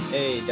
Hey